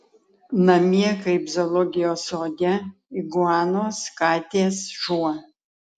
namie kaip zoologijos sode iguanos katės šuo